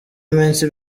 iminsi